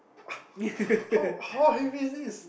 how how heavy is this